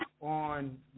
on